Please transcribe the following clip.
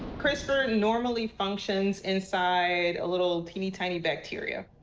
crispr normally functions inside a little, teeny-tiny bacteria.